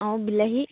অঁ বিলাহী